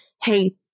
hey